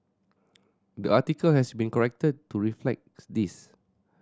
the article has been corrected to reflect this